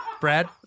Brad